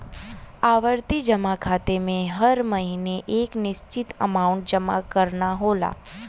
आवर्ती जमा खाता में हर महीने एक निश्चित अमांउट जमा करना होला